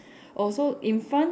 oh so in front